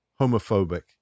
homophobic